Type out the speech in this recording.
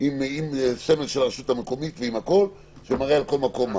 עם סמל של הרשות המקומית שמראה על כל מקום.